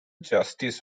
justice